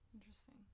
Interesting